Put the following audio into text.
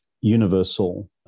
universal